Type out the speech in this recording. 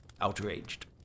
outraged